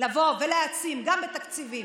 לבוא ולהעצים, גם בתקציבים,